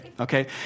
Okay